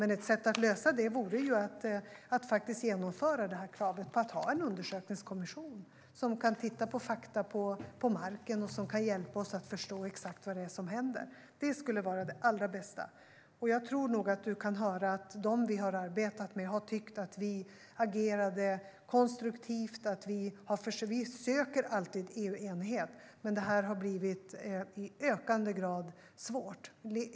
Men ett sätt att lösa det vore att genomföra kravet på att ha en undersökningskommission som kan titta på fakta på marken och som kan hjälpa oss att förstå exakt vad det är som händer. Det skulle vara det allra bästa. Jag tror nog att du har kunnat höra att de som vi har arbetat med tycker att vi agerade konstruktivt. Vi söker alltid EU-enighet, men det har i ökande grad blivit svårt.